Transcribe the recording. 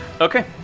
Okay